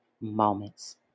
moments